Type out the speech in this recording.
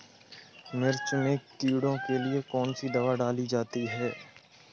मिर्च में कीड़ों के लिए कौनसी दावा डाली जाती है?